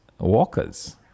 Walkers